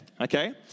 okay